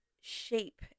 shape